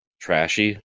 trashy